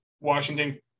Washington